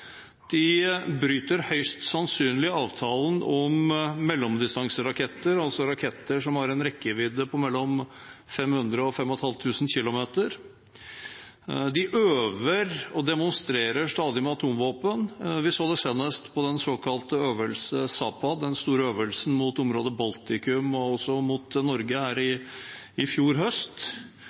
De bryter høyst sannsynlig avtalen om mellomdistanseraketter, altså raketter som har en rekkevidde på mellom 500 og 5 500 kilometer. De øver og demonstrerer stadig med atomvåpen. Vi så det senest på den såkalte øvelsen Sapad, den store øvelsen mot området Baltikum og også mot Norge i fjor høst.